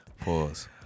Pause